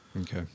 Okay